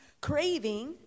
Craving